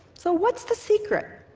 so what's the secret?